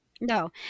No